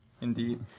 Indeed